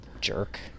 jerk